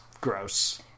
gross